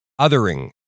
othering